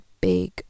big